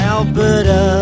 Alberta